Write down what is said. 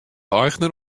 eigener